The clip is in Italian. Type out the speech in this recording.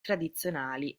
tradizionali